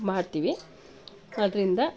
ಮಾಡ್ತೀವಿ ಆದ್ದರಿಂದ